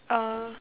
uh